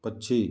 पक्षी